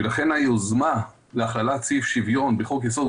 ולכן היוזמה להכללת סעיף שוויון בחוק יסוד: